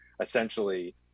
essentially